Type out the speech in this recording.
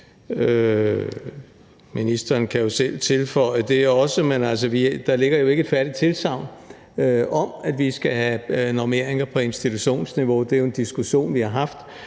Ministeren kan jo selv tilføje det, men der ligger ikke et tilsagn om, at vi skal have normeringer på institutionsniveau. Det er jo en diskussion, vi har haft.